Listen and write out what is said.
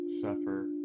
suffer